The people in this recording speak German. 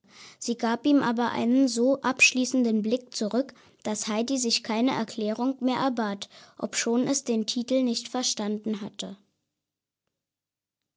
sie gab ihm aber einen so abschließenden blick zurück dass heidi sich keine erklärung mehr erbat obschon es den titel nicht verstanden hatte